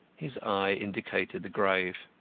his eye indicated the grave.